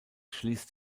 schließt